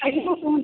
ଆଜ୍ଞା କୁହନ୍ତୁ